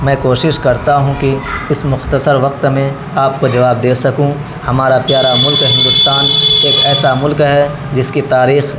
میں کوشش کرتا ہوں کہ اس مختصر وقت میں آپ کو جواب دے سکوں ہمارا پیارا ملک ہندوستان ایک ایسا ملک ہے جس کی تاریخ